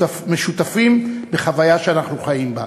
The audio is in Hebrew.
שותפים בחוויה שאנו חיים בה.